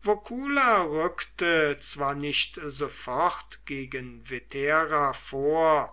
vocula rückte zwar nicht sofort gegen vetera vor